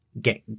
get